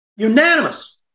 unanimous